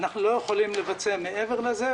אנחנו לא יכולים לבצע מעבר לזה,